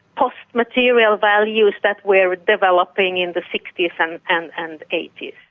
post-material values that were developing in the sixty s and and and eighty s.